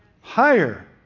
Higher